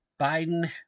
Biden